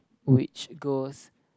which goes